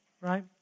right